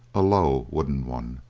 a low wooden one.